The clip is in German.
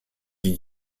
die